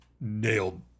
nailed